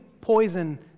poison